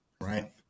right